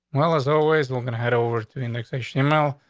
well, as always, we're gonna head over to the annexation. mel,